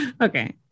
Okay